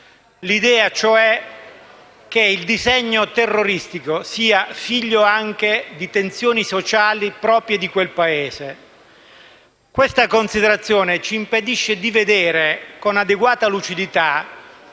all'idea che il disegno terroristico sia figlio anche di tensioni sociali proprie di quel Paese. Questa considerazione ci impedisce di vedere con adeguata lucidità